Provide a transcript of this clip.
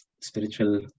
spiritual